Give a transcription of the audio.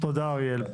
תודה רבה אריאל.